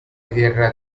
guerra